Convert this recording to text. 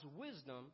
wisdom